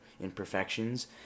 imperfections